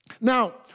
Now